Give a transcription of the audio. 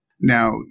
Now